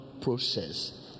process